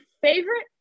favorite